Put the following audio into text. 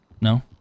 No